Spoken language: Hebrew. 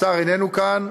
השר איננו כאן.